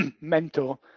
mentor